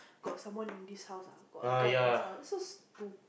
got someone in this house ah got a guy in this house is so to